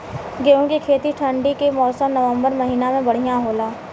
गेहूँ के खेती ठंण्डी के मौसम नवम्बर महीना में बढ़ियां होला?